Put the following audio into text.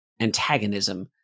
antagonism